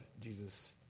Jesus